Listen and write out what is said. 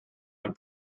and